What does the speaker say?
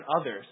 others